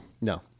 No